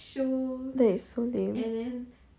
that is so lame